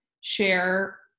share